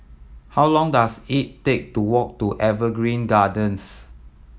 how long dose it take to walk to Evergreen Gardens